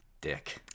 dick